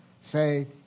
say